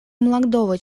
молодого